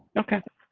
okay.